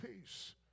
peace